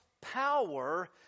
power